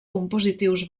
compositius